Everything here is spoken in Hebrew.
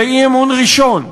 זה אי-אמון ראשון.